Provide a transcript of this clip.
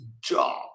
job